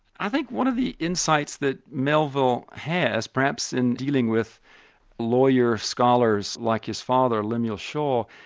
i think one of the insights that melville has, perhaps in dealing with lawyer-scholars like his father lemuel shaw,